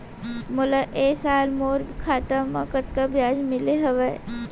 मोला ए साल मोर खाता म कतका ब्याज मिले हवये?